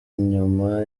nyuma